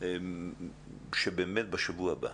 שבשבוע הבא